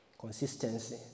consistency